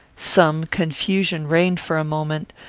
some confusion reigned for a moment,